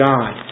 God